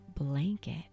blanket